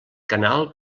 canal